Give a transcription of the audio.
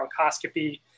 bronchoscopy